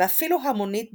ואפילו המונית במקצת.